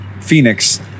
Phoenix